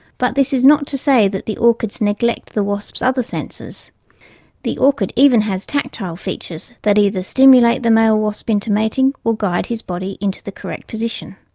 but this is not to say that the orchids neglect the wasps' other senses the orchid even has tactile features that either stimulate the male wasp into mating or guide his body into the correct position.